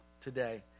today